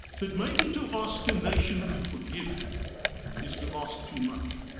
that maybe to ask a nation to forgive is to ask too much.